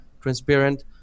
transparent